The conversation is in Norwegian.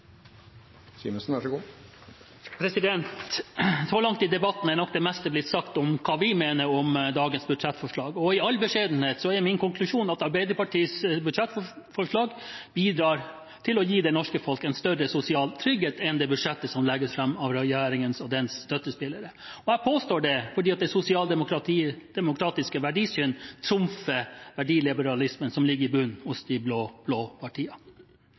like muligheter. Så langt i debatten er nok det meste blitt sagt om hva vi mener om dagens budsjettforslag, og i all beskjedenhet er min konklusjon at Arbeiderpartiets budsjettforslag bidrar til å gi det norske folk en større sosial trygghet enn det budsjettet som legges fram av regjeringen og dens støttespillere. Jeg påstår dette fordi det sosialdemokratiske verdisyn trumfer verdiliberalismen som ligger i